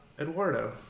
Eduardo